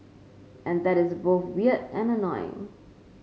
and that's both weird and annoying